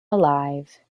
alive